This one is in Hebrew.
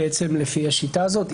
לפי השיטה הזאת,